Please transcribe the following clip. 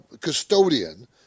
custodian